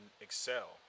excel